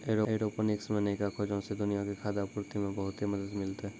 aeroponics मे नयका खोजो से दुनिया के खाद्य आपूर्ति मे बहुते मदत मिलतै